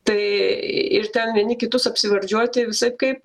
tai ir ten vieni kitus apsivardžiuoti visi kaip